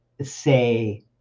say